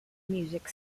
music